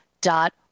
dot